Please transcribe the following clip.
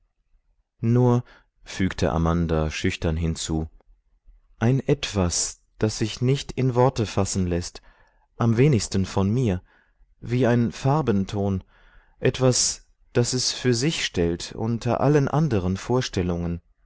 nur fügte amanda schüchtern hinzu ein etwas das sich nicht in worte fassen läßt am wenigsten von mir wie ein farbenton etwas das es für sich stellt unter allen anderen vorstellungen